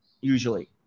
usually